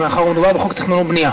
מאחר שמדובר בחוק התכנון והבנייה.